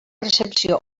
recepció